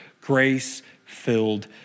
grace-filled